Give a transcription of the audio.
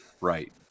right